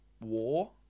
War